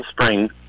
spring